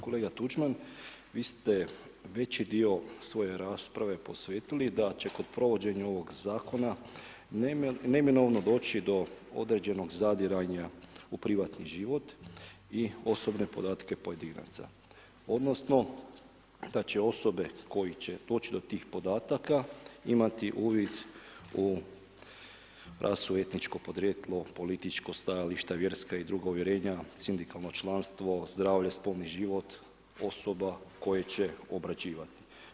Kolega Tuđman, vi ste, veći dio svoje rasprave posvetili, da će kod provođenja ovog zakona, neimenovano doći do određenog zadiranja u privatni život i osobne podatke pojedinaca, odnosno, da će osobe koje će doći do tih podataka, imati uvid u … porijeklo, političko stajališta, vjerska i druga uvjerenja, sindikalna članstvo, zdravlje, spolni život osoba koja će obrađivati.